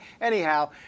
Anyhow